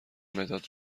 مداد